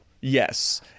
Yes